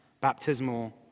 baptismal